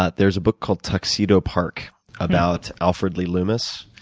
ah there's a book called tuxedo park about alfred lee loomis,